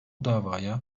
davaya